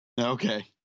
Okay